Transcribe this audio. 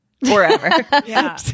Forever